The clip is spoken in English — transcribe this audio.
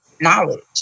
knowledge